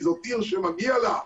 כי זאת עיר שמגיע לה.